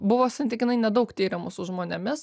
buvo santykinai nedaug tyrimų su žmonėmis